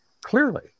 clearly